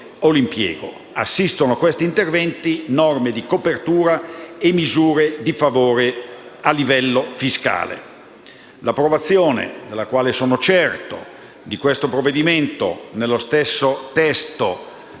o l'impiego. Assistono questi interventi norme di copertura e misure di favore a livello fiscale. L'approvazione, della quale sono certo, di questo provvedimento nello stesso testo